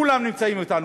כולם נמצאים אתנו.